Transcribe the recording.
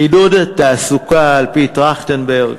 עידוד תעסוקה על-פי טרכטנברג,